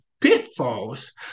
pitfalls